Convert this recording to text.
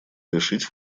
решить